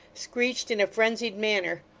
screeched in a frenzied manner,